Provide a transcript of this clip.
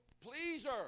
pleaser